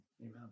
Amen